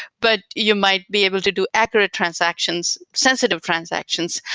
but you might be able to do accurate transactions, sensitive transactions.